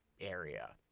area